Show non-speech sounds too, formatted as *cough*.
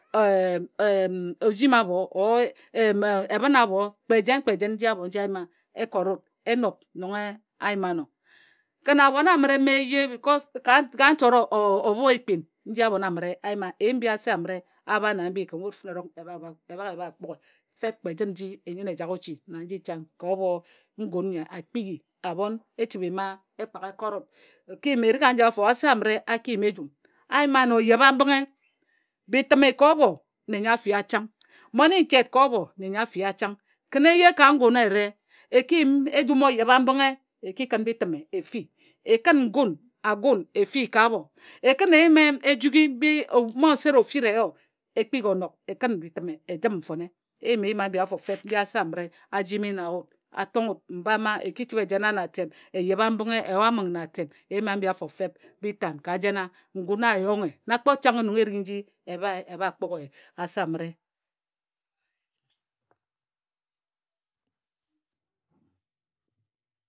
E m em *hesitation* ojimi abho or *unintelligible* ebhǝn abho kpe jen kpe jen nji abho nji a yima e kot wut e nob nong a yim a ano. Kǝn abhon amǝre mma eye bicos *unintelligible* ka nchot o obho ekpin nji abhon amǝre a yima eyim mbi ase amǝre a bha na mbi kǝn wut fǝne erong e bhak e bha kpughe fep kpe jǝt nji e nyǝne e jak ochi na nji chang ka obho ngun nyi a kpighi abhon e chǝbhe e yima okpa e kut wut o ki yim erik aji afo ase amǝre a ki yim ejum a yima na oyebha mbǝnghe e Bitǝm ka obho nne nyo a fia chang mmoninket ka obho nne a fia chang kǝn eye ka ngun eyere e ki yim ejum oyebha-mbǝnghe e ki kǝ bitǝme e fi e kǝn ngun agun e fi ka abho e kǝn eyim ejughi mmonset ofira eyo e kpighi onok e kǝn bitǝme e jǝm nfone e yim eyim abhi afo mbi ase amǝre a jimi na wut a tonghe wut mba mma e ki chǝbhe e jena na atem e yebha mbǝnghe e yo a amǝng na atem. Eyim ambi afo fep bi tan ka jena ngun a yong he na kpo changhe nong nji e bha e bha kpughe ase amǝre.